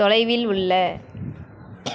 தொலைவில் உள்ள